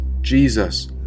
Jesus